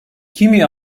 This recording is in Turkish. kimi